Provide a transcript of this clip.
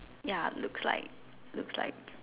ya looks like looks like